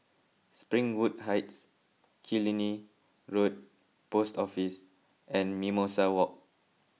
Springwood Heights Killiney Road Post Office and Mimosa Walk